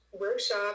workshop